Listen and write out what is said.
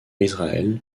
israel